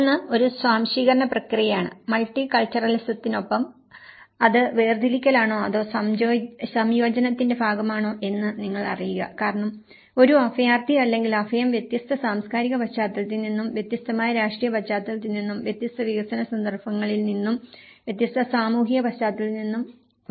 ഒന്ന് ഒരു സ്വാംശീകരണ പ്രക്രിയയാണ് മൾട്ടി കൾച്ചറലിസത്തിനൊപ്പം അത് വേർതിരിക്കലാണോ അതോ സംയോജനത്തിന്റെ ഭാഗമാണോ എന്ന് നിങ്ങൾ അറിയുക കാരണം ഒരു അഭയാർത്ഥി അല്ലെങ്കിൽ അഭയം വ്യത്യസ്ത സാംസ്കാരിക പശ്ചാത്തലത്തിൽ നിന്നും വ്യത്യസ്തമായ രാഷ്ട്രീയ പശ്ചാത്തലത്തിൽ നിന്നും വ്യത്യസ്ത വികസന സന്ദർഭത്തിൽ നിന്നും വ്യത്യസ്ത സാമൂഹിക പശ്ചാത്തലത്തിൽ നിന്നും വരുന്നു